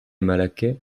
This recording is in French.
malaquais